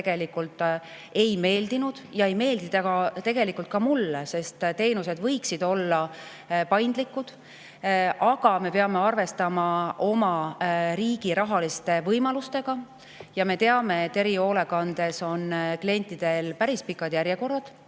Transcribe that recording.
miinimumpiir ei meeldinud ja ei meeldi tegelikult ka mulle, sest teenused võiksid olla paindlikud. Aga me peame arvestama oma riigi rahaliste võimalustega ja me teame, et erihoolekandes on klientidel päris pikad järjekorrad,